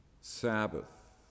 Sabbath